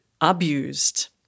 abused